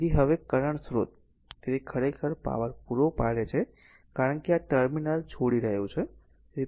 તેથી હવે આ કરંટ સ્રોત તેથી તે ખરેખર પાવર પૂરો પાડે છે કારણ કે તે આ ટર્મિનલ છોડી રહ્યું છે